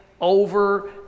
over